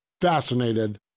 fascinated